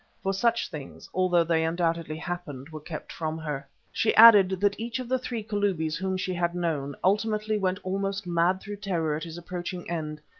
for such things, although they undoubtedly happened, were kept from her. she added, that each of the three kalubis whom she had known, ultimately went almost mad through terror at his approaching end,